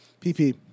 pp